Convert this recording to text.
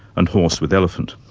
and horse with elephant.